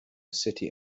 city